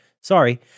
Sorry